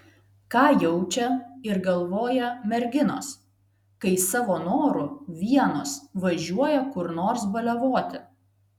ką jaučia ir galvoja merginos kai savo noru vienos važiuoja kur nors baliavoti